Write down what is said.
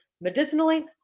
medicinally